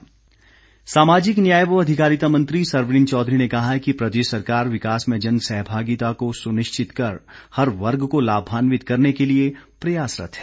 सरवीण सामाजिक न्याय व अधिकारिता मंत्री सरवीण चौधरी ने कहा है कि प्रदेश सरकार विकास में जन सहभागिता को सुनिश्चित कर हर वर्ग को लाभान्वित करने के लिए प्रयासरत है